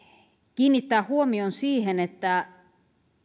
kiinnittää huomion siihen että